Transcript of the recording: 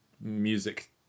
music